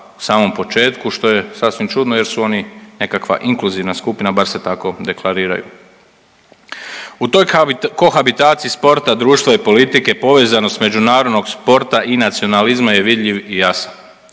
u samom početku što je sasvim čudno jer su oni nekakva inkluzivna skupina, bar se tako deklariraju. U toj kohabitaciji sporta, društva i politike, povezanost međunarodnog sporta i nacionalizma je vidljiv i jasan.